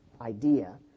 idea